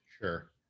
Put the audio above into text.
Sure